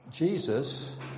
Jesus